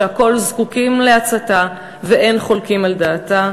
שהכול זקוקים לעצתה ואין חולקים על דעתה,